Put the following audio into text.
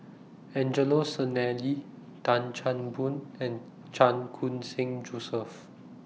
Angelo Sanelli Tan Chan Boon and Chan Khun Sing Joseph